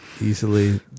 Easily